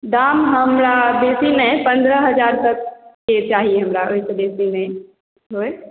दाम हमरा बेसी नहि पंद्रह हज़ार तकके चाही हमरा ओहिसॅं बेसी नहि होइ